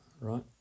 right